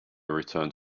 returned